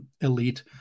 elite